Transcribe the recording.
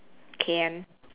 can